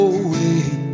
away